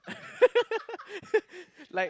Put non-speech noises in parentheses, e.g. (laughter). (laughs)